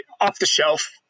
off-the-shelf